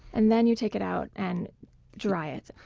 and then you take it out, and dry it,